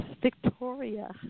Victoria